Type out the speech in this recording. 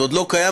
זה עוד לא קיים,